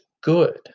good